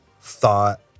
thought